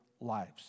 lives